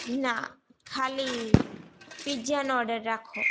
ના ખાલી પીઝાનો ઓડર રાખો